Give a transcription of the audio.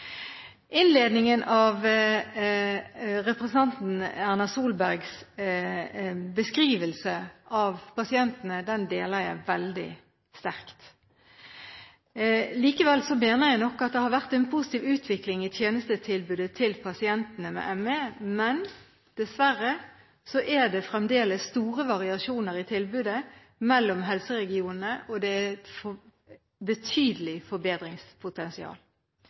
innledningen deler jeg veldig sterkt. Likevel mener jeg nok at det har vært en positiv utvikling i tjenestetilbudet til pasientene med ME. Men dessverre er det fremdeles store variasjoner i tilbudet mellom helseregionene, og det er et betydelig forbedringspotensial.